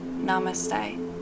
Namaste